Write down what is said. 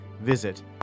Visit